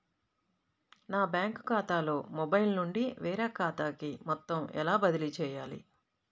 నా బ్యాంక్ ఖాతాలో మొబైల్ నుండి వేరే ఖాతాకి మొత్తం ఎలా బదిలీ చేయాలి?